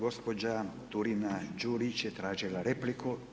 Gospođa Turina Đurić je tražila repliku.